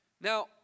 Now